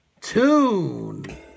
tune